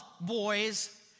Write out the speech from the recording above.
boys